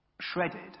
shredded